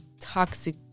toxic